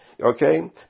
Okay